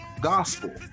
gospel